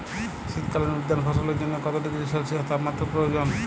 শীত কালীন উদ্যান ফসলের জন্য কত ডিগ্রী সেলসিয়াস তাপমাত্রা প্রয়োজন?